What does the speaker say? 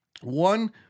One